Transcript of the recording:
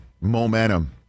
momentum